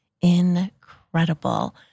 incredible